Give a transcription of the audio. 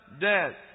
dead